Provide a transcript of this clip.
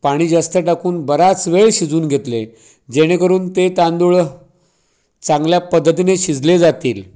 पाणी जास्त टाकून बराच वेळ शिजवून घेतले जेणेकरून ते तांदूळ चांगल्या पद्धतीने शिजले जातील